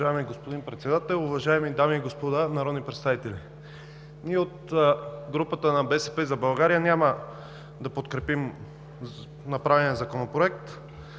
Уважаеми господин Председател, уважаеми дами и господа народни представители! От групата на „БСП за България“ няма да подкрепим направения Законопроект.